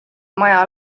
maja